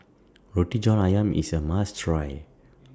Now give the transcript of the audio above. Roti John Ayam IS A must Try